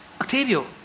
Octavio